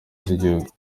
z’igihugu